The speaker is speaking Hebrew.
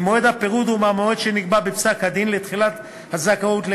ממועד הפירוד או מהמועד שנקבע בפסק-הדין לתחילת הזכאות לקצבה,